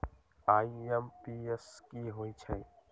IMPS की होईछइ?